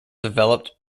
developed